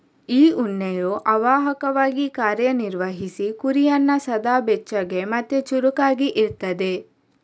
ಈ ಉಣ್ಣೆಯು ಅವಾಹಕವಾಗಿ ಕಾರ್ಯ ನಿರ್ವಹಿಸಿ ಕುರಿಯನ್ನ ಸದಾ ಬೆಚ್ಚಗೆ ಮತ್ತೆ ಚುರುಕಾಗಿ ಇಡ್ತದೆ